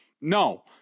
No